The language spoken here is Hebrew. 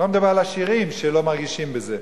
אני לא מדבר על עשירים, שלא מרגישים בזה,